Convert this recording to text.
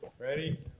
Ready